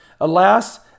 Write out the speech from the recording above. Alas